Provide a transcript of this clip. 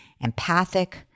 empathic